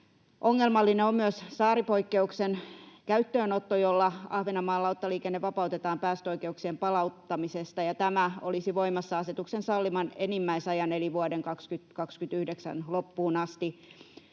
Ongelmallinen on myös saaripoikkeuksen käyttöönotto, jolla Ahvenanmaan lauttaliikenne vapautetaan päästöoikeuksien palauttamisesta. Tämä olisi voimassa asetuksen salliman enimmäisajan eli vuoden 2029 loppuun asti.